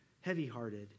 heavy-hearted